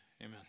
Amen